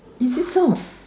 is it so